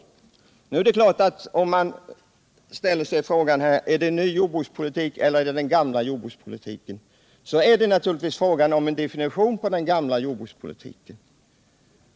Ställer man frågan om det är en ny jordbrukspolitik eller om det är den gamla, så blir svaret naturligtvis beroende av hur man definierar den gamla jordbrukspolitiken.